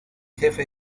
jefe